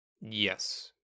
Yes